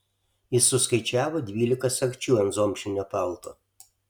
jis suskaičiavo dvylika sagčių ant zomšinio palto